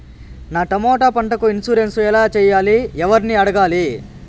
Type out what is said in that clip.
నా టమోటా పంటకు ఇన్సూరెన్సు ఎలా చెయ్యాలి? ఎవర్ని అడగాలి?